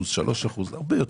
3%. מה זה,